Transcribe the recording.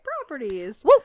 properties